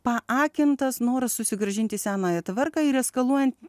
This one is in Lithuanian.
paakintas noras susigrąžinti senąją tvarką ir eskaluojant